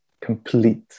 complete